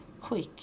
quick